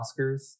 Oscars